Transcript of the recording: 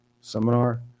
seminar